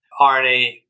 RNA